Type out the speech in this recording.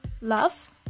love